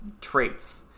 traits